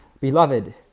Beloved